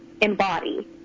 embody